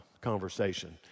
conversation